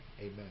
Amen